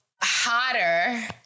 hotter